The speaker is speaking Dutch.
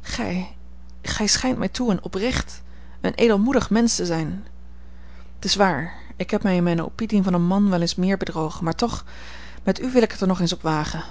gij gij schijnt mij toe een oprecht een edelmoedig mensch te zijn t is waar ik heb mij in mijne opinie van een man wel eens meer bedrogen maar toch met u wil ik het er nog eens op wagen